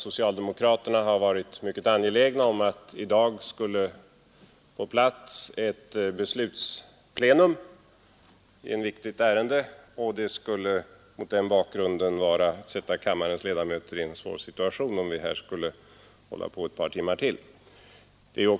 Socialdemokraterna har varit mycket angelägna om att i dag få till stånd ett beslutsplenum i ett viktigt ärende, och mot den bakgrunden skulle det vara att försätta kammarens ledamöter i en svår situation, om vi här skulle hålla på ett par timmar till.